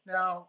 Now